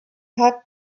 hat